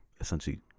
essentially